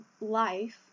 life